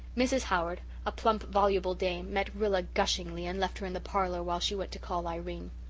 mrs. howard, a plump, voluble dame, met rilla gushingly and left her in the parlour while she went to call irene.